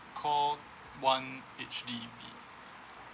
call one H_D_B